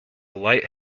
light